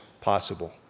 possible